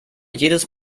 jedes